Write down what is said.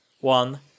one